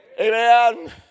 Amen